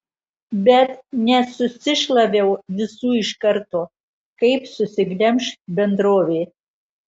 bet nesusišlaviau visų iš karto kaip susiglemš bendrovė